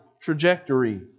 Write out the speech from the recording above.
trajectory